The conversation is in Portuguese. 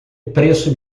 preço